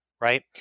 right